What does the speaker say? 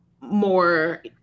more